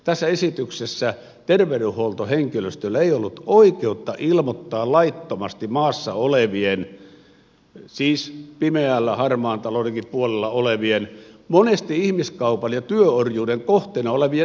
tässä esityksessä terveydenhuoltohenkilöstöllä ei ollut oikeutta ilmoittaa laittomasti maassa olevien siis pimeällä harmaan taloudenkin puolella olevien monesti ihmiskaupan ja työorjuuden kohteena olevien ihmisten nimiä